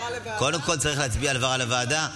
קודם כול צריך להצביע על העברה לוועדה,